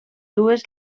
dues